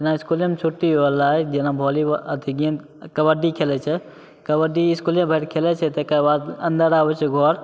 जेना इसकुलेमे छुट्टी होलै जेना वॉलीबॉल अथी गेम कबड्डी खेलै छै कबड्डी इसकुले भरि खेलै छै तकर बाद अन्दर आबै छै घर